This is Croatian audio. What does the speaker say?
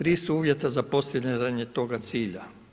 Tri su uvjeta za postizanje toga cilja.